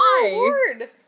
award